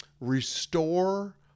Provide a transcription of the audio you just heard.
restore